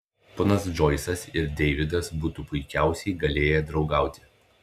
ponas džoisas ir deividas būtų puikiausiai galėję draugauti